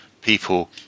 people